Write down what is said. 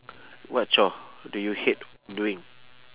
what chore do you hate doing